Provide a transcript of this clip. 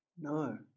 no